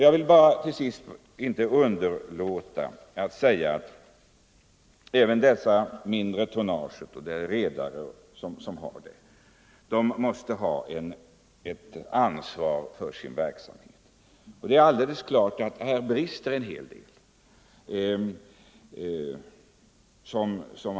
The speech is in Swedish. Jag vill till sist inte underlåta att säga att även redare med mindre tonnage måste ha ett ansvar för sin verksamhet. Här brister det en hel del.